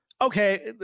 Okay